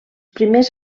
primers